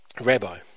rabbi